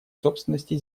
собственности